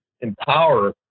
empower